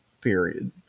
period